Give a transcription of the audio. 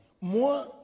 Moi